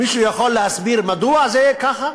מישהו יכול להסביר מדוע זה ככה?